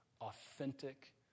authentic